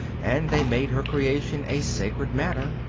and they made her creation a sacred matter,